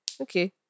Okay